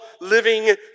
living